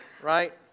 Right